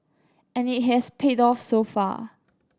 and it has paid off so far